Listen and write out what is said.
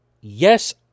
Yes